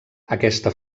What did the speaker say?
aquesta